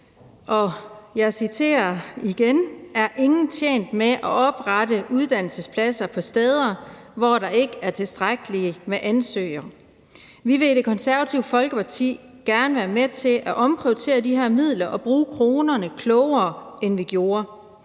og jeg citerer igen, at ingen er tjent med at oprette uddannelsespladser på steder, hvor der ikke er tilstrækkeligt med ansøgere. Vi vil i Det Konservative Folkeparti gerne være med til at omprioritere de her midler og bruge kronerne klogere, end man har